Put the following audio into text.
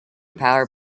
power